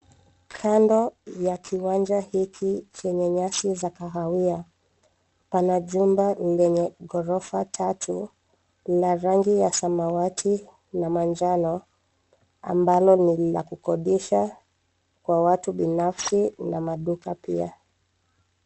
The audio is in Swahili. Kando ya kiwanja hiki chenye nyasi za kahawia pana jumba lenye ghorofa tatu la rangi ya samawati na manjano ambalo ni la kukodisha kwa watu binafsi na maduka pia.